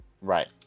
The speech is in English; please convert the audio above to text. Right